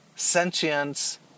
Sentience